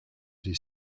his